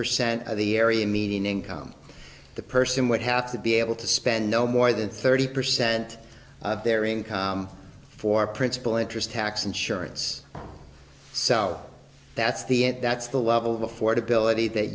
percent of the area median income the person would have to be able to spend no more than thirty percent of their income for principal interest tax insurance so that's the that's the level of affordability that